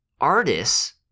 artists